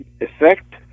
effect